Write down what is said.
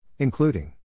Including